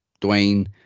Dwayne